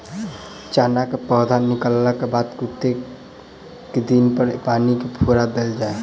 चना केँ पौधा निकलला केँ बाद कत्ते दिन पर पानि केँ फुहार देल जाएँ?